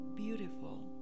beautiful